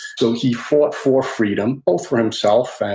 so he fought for freedom, both for himself, and